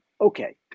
Okay